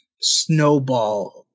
snowball